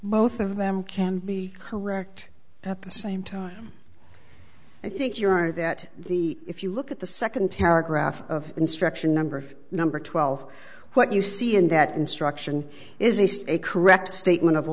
both of them can be correct at the same time i think your are that the if you look at the second paragraph of instruction number of number twelve what you see in that instruction is a a correct statement of